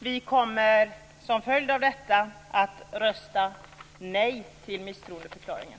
Vi kommer som följd av detta att rösta nej i omröstningen om misstroendeförklaringen.